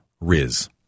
Riz